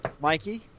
Mikey